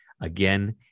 again